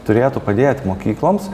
turėtų padėti mokykloms